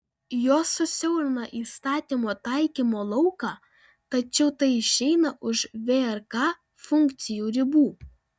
jos susiaurina įstatymo taikymo lauką tačiau tai išeina už vrk funkcijų ribų